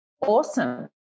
awesome